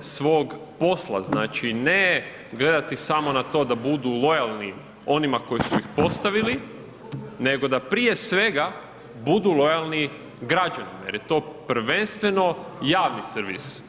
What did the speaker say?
svog posla, znači ne gledati samo na to da budu lojalni onima koji su ih postavili nego da prije svega budu lojalni građanima jer to prvenstvo javni servis.